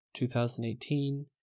2018